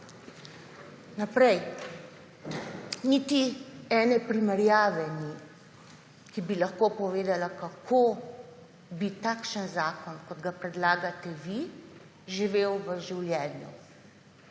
Naprej. Niti ene primerjave ni, ki bi lahko povedala, kako bi takšen zakon, kot ga predlagate vi, živel v življenju